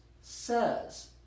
says